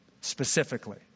specifically